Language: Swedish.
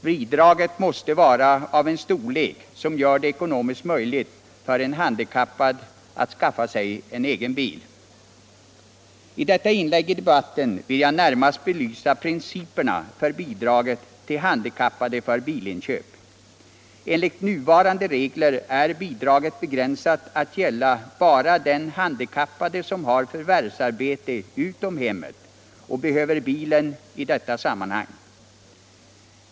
Bidraget måste vara av en storlek som gör det ckonomiskt möjligt för en handikappad att skaffa sig en egen bil. I detta inlägg i debatten vill jag närmast belysa principerna för bidraget till handikappade för bilinköp. Enligt nuvarande regler är bidraget begränsat att gälla bara den handikappade som har förvärvsarbete utom hemmet och behöver bilen i detta sammanhang.